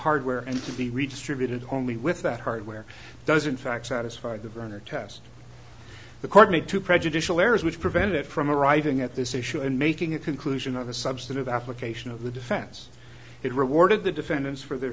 hardware and to be redistributed only with that hardware doesn't fact satisfy the burner test the courtney too prejudicial errors which prevented it from arriving at this issue and making a conclusion of a substantive application of the defense it rewarded the defendants for their